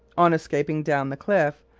on escaping down the cliff,